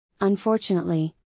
Unfortunately